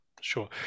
sure